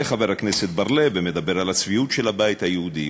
עולה חבר הכנסת בר-לב ומדבר על הצביעות של הבית היהודי,